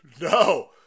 no